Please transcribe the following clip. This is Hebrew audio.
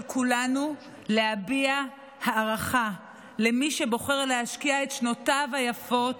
כולנו להביע הערכה למי שבוחר להשקיע את שנותיו היפות